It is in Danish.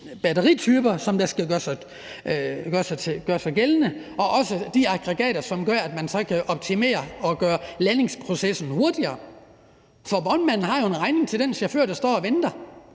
batterityper, som der er brug for, og også de aggregater, som gør, at man kan optimere og gøre ladningsprocessen hurtigere. For vognmanden har jo en regning til den chauffør, der står og venter.